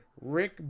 Rick